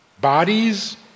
Bodies